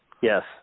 Yes